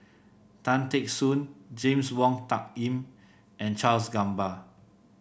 Tan Teck Soon James Wong Tuck Yim and Charles Gamba